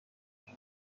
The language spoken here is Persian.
فیلم